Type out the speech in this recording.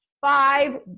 five